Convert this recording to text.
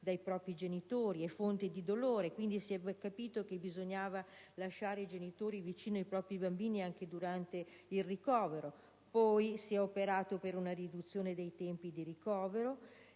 dai propri genitori, è fonte di dolore, quindi si è capito che bisognava lasciare i genitori vicino ai propri bambini anche durante il ricovero. Poi si è operato per una riduzione dei tempi di ricovero